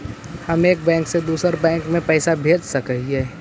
हम एक बैंक से दुसर बैंक में पैसा भेज सक हिय?